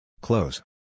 Close